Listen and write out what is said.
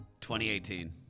2018